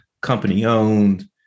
company-owned